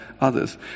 others